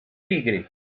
tigri